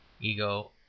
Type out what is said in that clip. Ego